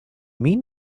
mean